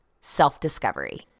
self-discovery